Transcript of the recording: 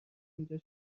اینجا